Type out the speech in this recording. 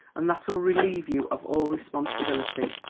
and that'll relieve you of all responsibility.